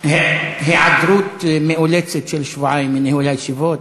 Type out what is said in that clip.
היעדרות מאולצת של שבועיים מניהול הישיבות,